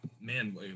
man